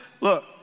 Look